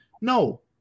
No